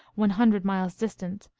one hundred miles distant,